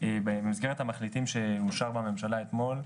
במסגרת המחליטים שאושר בממשלה אתמול,